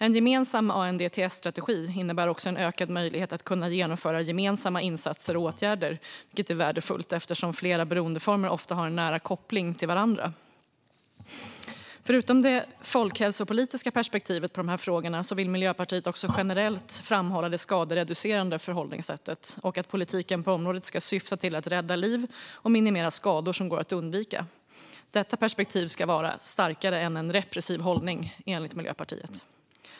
En gemensam ANDTS-strategi innebär också en ökad möjlighet att genomföra gemensamma insatser och åtgärder, vilket är värdefullt eftersom flera beroendeformer ofta har en nära koppling till varandra. Förutom det folkhälsopolitiska perspektivet på dessa frågor vill Miljöpartiet också generellt framhålla det skadereducerande förhållningssättet och att politiken på området ska syfta till att rädda liv och minimera skador som går att undvika. Detta perspektiv ska vara starkare än en repressiv hållning, enligt Miljöpartiet.